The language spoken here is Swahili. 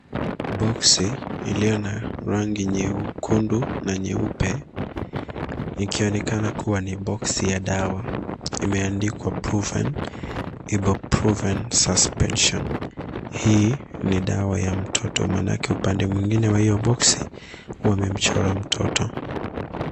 Boksi iliyo na rangi nyekundu na nyeupe ikionekana kuwa ni boksi ya dawa. Imeandikwa Profen Iboprofen Suspension. Hii ni dawa ya mtoto maanake upande mwingine wa hiyo boksi wamemchora mtoto.